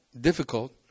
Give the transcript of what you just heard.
difficult